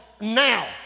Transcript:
now